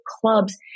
clubs